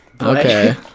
Okay